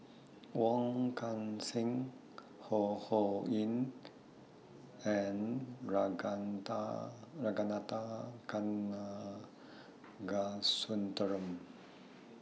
Wong Kan Seng Ho Ho Ying and Ragunathar Kanagasuntheram